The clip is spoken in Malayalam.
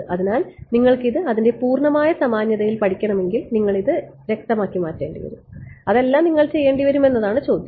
അതിനാൽ നിങ്ങൾക്ക് ഇത് അതിന്റെ പൂർണ്ണമായ സാമാന്യതയിൽ പഠിക്കണമെങ്കിൽ നിങ്ങൾ ഇത് രക്തമാക്കി മാറ്റേണ്ടിവരും അതെല്ലാം നിങ്ങൾ ചെയ്യേണ്ടിവരും എന്നതാണ് ചോദ്യം